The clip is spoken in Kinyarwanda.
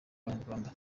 abanyarwanda